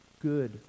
good